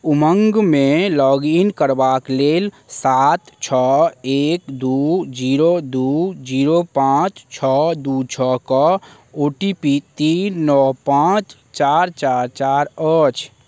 उमङ्गमे log in करबाक लेल सात छओ एक दू जीरो दू जीरो पांँच छओ दू छओ कऽ ओ टी पी तीन नओ पांँच चारि चारि चारि अछि